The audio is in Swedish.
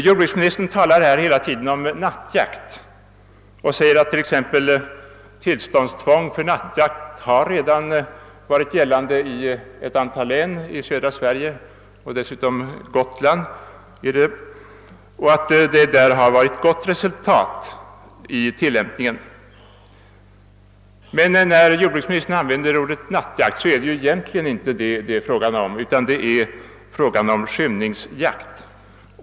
Jordbruksministern talar hela tiden om nattjakt och säger att tillståndstvång för nattjakt redan med gott resultat tillämpats i ett antal län — det gäller vissa län i södra Sverige samt Gotlands län. Men när jordbruksministern använder ordet nattjakt är det ju egentligen inte sådan det är fråga om, utan det är fråga om skymningsjakt.